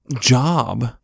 job